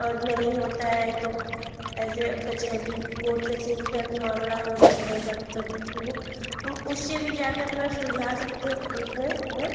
और नहीं होता है तो एज ए कचहरी भी कोर्ट कचहरी का भी मामला हो जाता है कभी कभी तो वह हम उससे भी जाकर अपना सुलझा सकते हैं और उसमें अपना